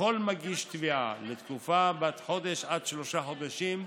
לכל מגיש תביעה לתקופה בת חודש עד שלושה חודשים.